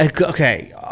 Okay